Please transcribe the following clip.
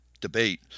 debate